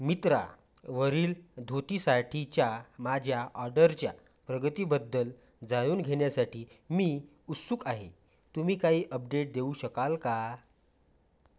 मित्रावरील धोतीसाठीच्या माझ्या ऑर्डरच्या प्रगतीबद्दल जाणून घेण्यासाठी मी उत्सुक आहे तुम्ही काही अपडेट देऊ शकाल का